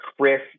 chris